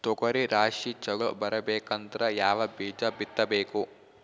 ತೊಗರಿ ರಾಶಿ ಚಲೋ ಬರಬೇಕಂದ್ರ ಯಾವ ಬೀಜ ಬಿತ್ತಬೇಕು?